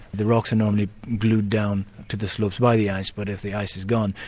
the rocks are normally glued down to the slopes by the ice, but if the ice is gone,